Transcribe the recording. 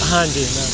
ਹਾਂਜੀ ਮੈਮ